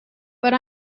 but